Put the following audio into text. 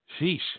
Sheesh